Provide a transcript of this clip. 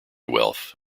wealth